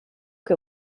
que